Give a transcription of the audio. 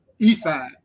Eastside